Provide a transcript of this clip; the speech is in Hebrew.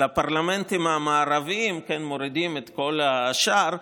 הפרלמנטים המערביים ומורידים את כל השאר,